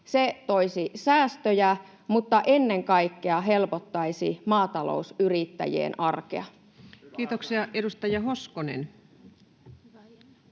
Se toisi säästöjä, mutta ennen kaikkea helpottaisi maatalousyrittäjien arkea. Kiitoksia. — Edustaja Hoskonen.